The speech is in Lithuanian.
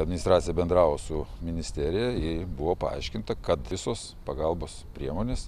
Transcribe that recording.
administracija bendravo su ministerija jai buvo paaiškinta kad visos pagalbos priemonės